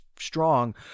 strong